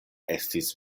estis